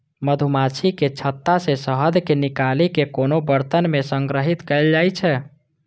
मछुमाछीक छत्ता सं शहद कें निकालि कें कोनो बरतन मे संग्रहीत कैल जाइ छै